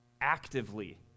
actively